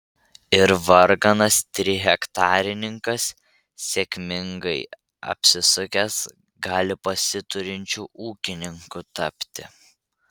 ir varganas trihektarininkas sėkmingai apsisukęs gali pasiturinčiu ūkininku tapti